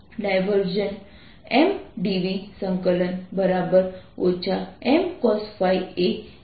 MdV Mcosϕ a છે